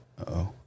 Uh-oh